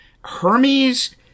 Hermes